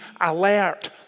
alert